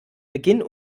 beginn